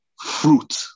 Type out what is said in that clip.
fruit